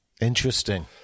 Interesting